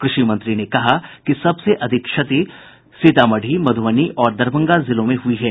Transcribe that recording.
कृषि मंत्री ने कहा कि सबसे ज्यादा क्षति सीतामढ़ी मध्रबनी और दरभंगा जिलों में हुई है